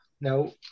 no